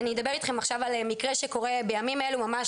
אני אדבר איתכם עכשיו על מקרה שקורה בימים אלו ממש,